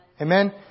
Amen